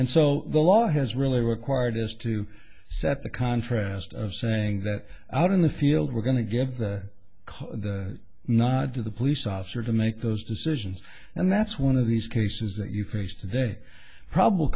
and so the law has really required is to set the contrast of saying that out in the field we're going to give the nod to the police officer to make those decisions and that's one of these cases that you face today prob